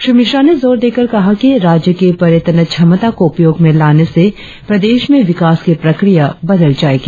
श्री मिश्रा ने जोर देकर कहा कि राज्य कि पर्यटन क्षमता को उपयोग में लाने से प्रदेश में विकास की प्रक्रिया बदल जाएगी